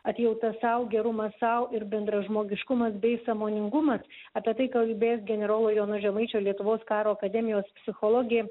atjauta sau gerumas sau ir bendražmogiškumas bei sąmoningumas apie tai kalbės generolo jono žemaičio lietuvos karo akademijos psichologė